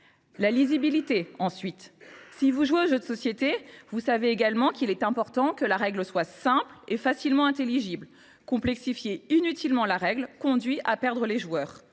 La lisibilité, ensuite : si vous jouez aux jeux de société, vous savez également qu’il est important que la règle soit simple et intelligible ; la complexifier inutilement conduit à perdre les joueurs.